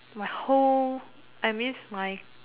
my whole I miss my